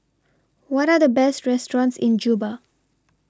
What Are The Best restaurants in Juba